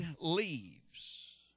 leaves